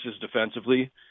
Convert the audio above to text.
defensively